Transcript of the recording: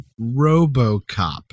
RoboCop